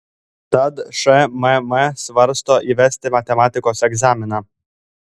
tad šmm svarsto įvesti matematikos egzaminą